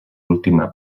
última